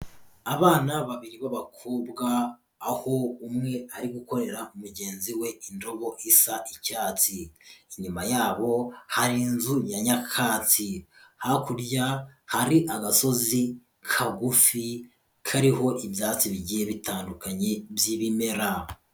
Abana babiri b'abakobwa, aho umwe ari gukorera mugenzi we indobo isa icyatsi, inyuma yabo hari inzu ya nyakatsi, hakurya hari agasozi kagufi kariho ibyatsi bigiye bitandukanye by'ibimera.